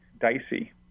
dicey